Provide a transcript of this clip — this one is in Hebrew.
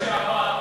היושב-ראש לשעבר,